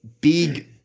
big